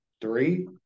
three